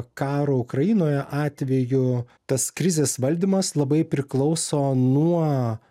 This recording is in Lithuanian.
karo ukrainoje atveju tas krizės valdymas labai priklauso nuo